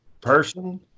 person